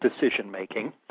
decision-making